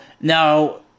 now